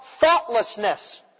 thoughtlessness